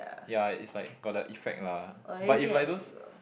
ya it's like got the effect lah but if like those